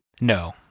No